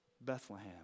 Bethlehem